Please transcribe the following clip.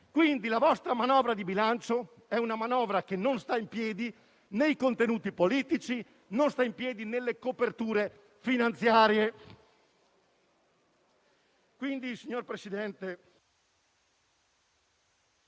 Quindi, la vostra manovra di bilancio non sta in piedi nei contenuti politici e non sta in piedi nelle coperture finanziarie.